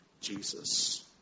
Jesus